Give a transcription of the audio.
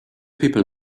people